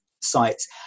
sites